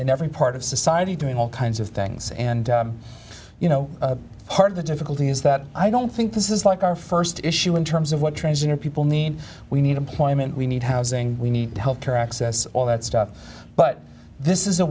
in every part of society doing all kinds of things and you know part of the difficulty is that i don't think this is like our st issue in terms of what transgender people need we need employment we need housing we need health care access all that stuff but this is a